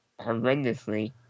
horrendously